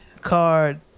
card